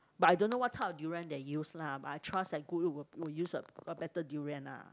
but I don't know what type of durian they use lah but I trust that Goodwood will will use a a better durian lah